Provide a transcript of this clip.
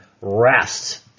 rest